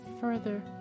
further